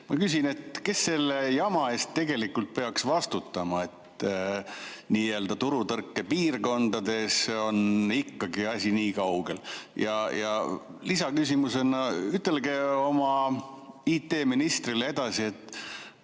Ma küsin, kes selle jama eest tegelikult peaks vastutama, et nii-öelda turutõrke piirkondades on ikkagi asi niikaugel. Lisaküsimusena: ütelge oma IT‑ministrile edasi, et